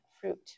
fruit